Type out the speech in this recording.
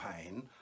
pain